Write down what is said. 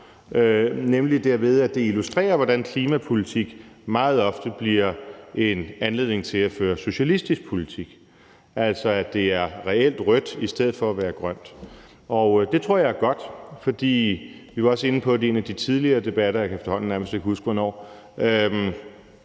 nemlig derved, at det illustrerer, hvordan klimapolitik meget ofte bliver en anledning til at føre socialistisk politik, altså at det reelt er rødt i stedet for at være grønt. Og det tror jeg er godt – vi var også inde på det i en af de tidligere debatter, og jeg kan efterhånden nærmest ikke huske hvornår